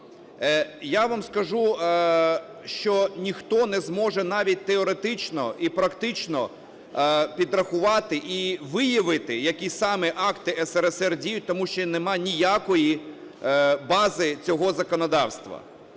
Я вам скажу, що ніхто не зможе навіть теоретично і практично підрахувати і виявити, які саме акти СРСР діють, тому що нема ніякої бази цього законодавства.